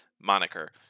moniker